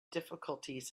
difficulties